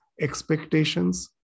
expectations